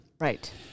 right